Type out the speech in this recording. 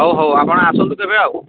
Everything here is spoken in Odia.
ହଉ ହଉ ଆପଣ ଆସନ୍ତୁ କେବେ ଆଉ